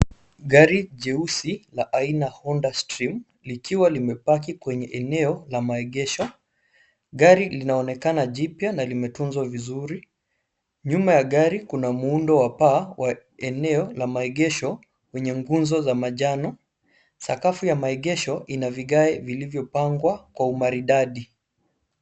Gari jeusi la aina Honda Stream, likiwa limebaki kwenye eneo la maegesho. Gari linaonekana jipya na limetunzwa vizuri. Nyuma ya gari kuna muundo wa paa wa eneo la maegesho, kwenye nguzo za majano, sakafu ya maegesho ina vigae vilivyopangwa kwa umaridadi.